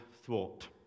thwart